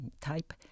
type